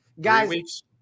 Guys